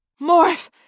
Morph